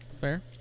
Fair